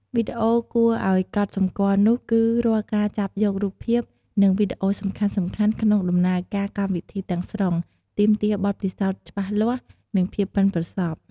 វីដេអូដែលគួរឲ្យកត់សម្គាល់នោះគឺ រាល់ការចាប់យករូបភាព និងវីដេអូសំខាន់ៗក្នុងដំណើរការកម្មវិធីទាំងស្រុង ទាមទារបទពិសោធន៍ច្បាស់លាស់ និងភាពប៉ិនប្រសប់។